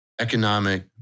economic